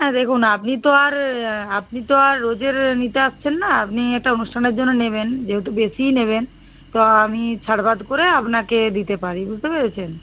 হ্যাঁ দেখুন আপনি তো আর আপনি তো আর রোজের নিতে আসছেন না আপনি একটা অনুষ্ঠানের জন্য নেবেন যেহেতু বেশিই নেবেন তো আমি ছাড়বাদ করে আপনাকে দিতে পারি বুঝতে পেরেছেন